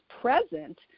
present